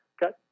got